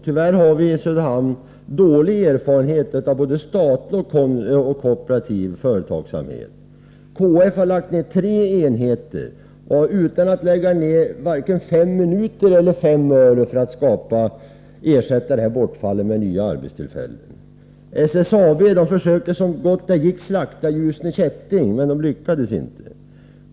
Tyvärr har vi i Söderhamn dålig erfarenhet av både statlig och kooperativ företagsamhet. KF har lagt ned tre enheter utan att lägga ned vare sig 5 minuter eller 5 öre för att ersätta bortfallet med nya arbetstillfällen. SSAB försökte så gott det gick ”slakta” Ljusne Kätting, men lyckades inte.